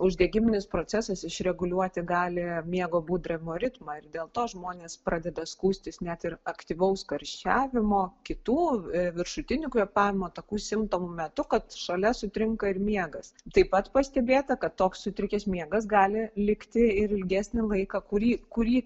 uždegiminis procesas išreguliuoti gali miego būdravimo ritmą ir dėl to žmonės pradeda skųstis net ir aktyvaus karščiavimo kitų viršutinių kvėpavimo takų simptomų metu kad šalia sutrinka ir miegas taip pat pastebėta kad toks sutrikęs miegas gali likti ir ilgesnį laiką kurį kurį